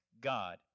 God